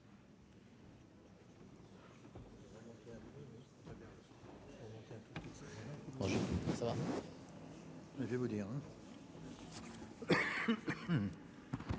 Merci